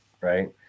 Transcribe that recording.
right